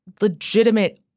legitimate